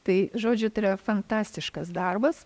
tai žodžiu tai yra fantastiškas darbas